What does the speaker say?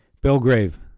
Belgrave